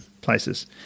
places